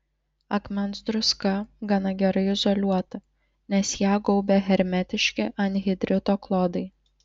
akmens druska gana gerai izoliuota nes ją gaubia hermetiški anhidrito klodai